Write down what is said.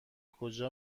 کجا